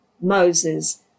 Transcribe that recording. Moses